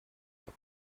her